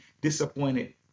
disappointed